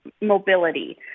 mobility